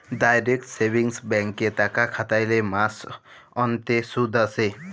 direct savings ব্যাংকে টাকা খ্যাটাইলে মাস অল্তে সুদ আসে